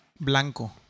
blanco